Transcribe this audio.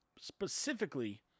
specifically